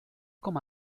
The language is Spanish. como